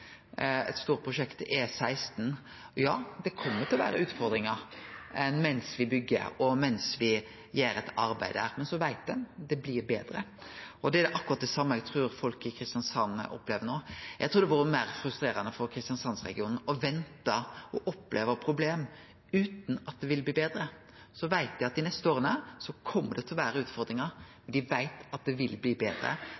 eit stort prosjekt på E16. Ja, det kjem til å vere utfordringar mens me byggjer, og mens me gjer eit arbeid der, men så veit ein at det blir betre. Det er akkurat det same eg trur folk i Kristiansand opplever no. Eg trur det hadde vore meir frustrerande for Kristiansands-regionen å vente og oppleve problem – utan at det vil bli betre. Dei veit at det dei neste åra kjem til å vere utfordringar,